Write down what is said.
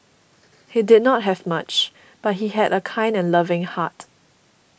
he did not have much but he had a kind and loving heart